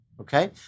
Okay